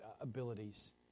abilities